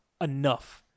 enough